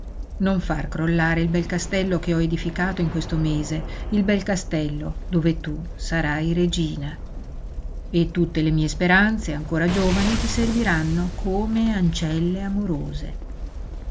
non far crollare il bel castello che ho edificato in questo mese il bel castello dove tu sarai regina e tutte le mie speranze ancora giovani ti serviranno come ancelle amorose